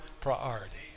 priority